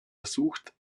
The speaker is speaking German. ersucht